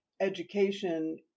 education